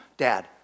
dad